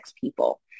people